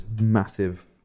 massive